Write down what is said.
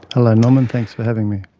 hello norman, thanks for having me.